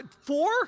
Four